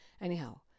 Anyhow